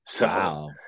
Wow